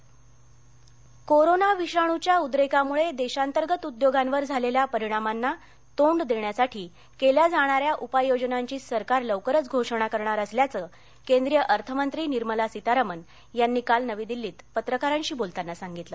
corona corona विषाणूच्या उद्रेकामुळे देशांतर्गत उद्योगांवर झालेल्या परिणामांना तोंड देण्यासाठी केल्या जाणाऱ्या उपाययोजनांची सरकार लवकरच घोषणा करणार असल्याचं केंद्रीय अर्थमंत्री निर्मला सीतारामन यांनी काल नवी दिल्लीत पत्रकारांशी बोलताना सांगितलं